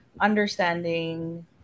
understanding